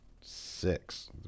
six